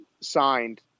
signed